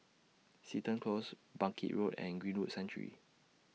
Seton Close Bangkit Road and Greenwood Sanctuary